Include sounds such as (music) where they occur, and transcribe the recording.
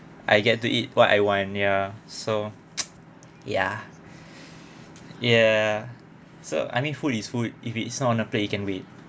I get to eat what I want ya so (noise) ya ya so I mean food is food if it's not on a plate you can wait